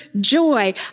joy